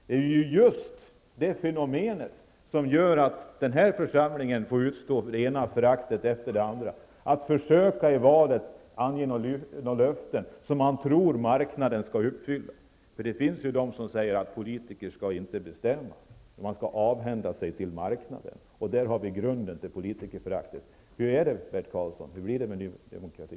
Det är just det fenomenet som gör att den här församlingen får utstå så mycket förakt. Man försöker att inför valet ange några löften som man tror marknaden skall uppfylla. Det finns ju de som säger att politiker inte skall bestämma, utan avhända sig detta till marknaden. Där har vi grunden till politikerföraktet. Hur är det, Bert Karlsson? Hur blir det med ny demokrati?